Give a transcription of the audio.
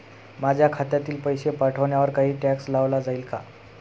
माझ्या खात्यातील पैसे पाठवण्यावर काही टॅक्स लावला जाईल का?